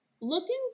Looking